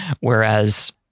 Whereas